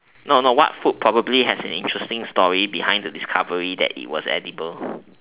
no no what food probably has an interesting story behind the discovery that is edible